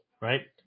right